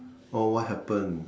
oh what happen